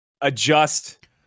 adjust